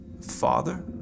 Father